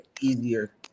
easier